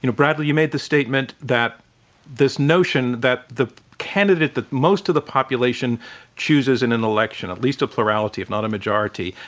you know bradley, you made the statement that this notion that the candidate that most of the population chooses in an election, at least a plurality, if not a majority,